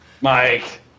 Mike